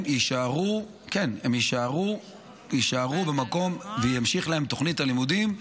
הם יישארו במקום ותימשך תוכנית הלימודים שלהם,